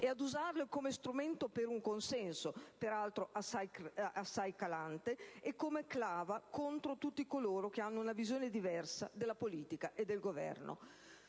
e ad usarli come strumento per un consenso, tra l'altro assai calante, e come clava contro tutti coloro che hanno una visione diversa della politica e del Governo.